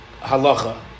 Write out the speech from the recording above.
Halacha